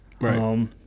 Right